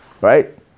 Right